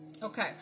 Okay